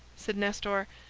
said nestor,